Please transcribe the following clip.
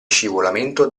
scivolamento